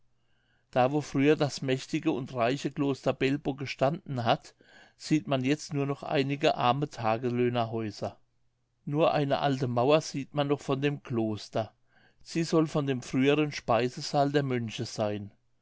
da wo früher das mächtige und reiche kloster belbog gestanden hat sieht man jetzt nur einige arme tagelöhner häuser nur eine alte mauer sieht man noch von dem kloster sie soll von dem früheren speisesaal der mönche seyn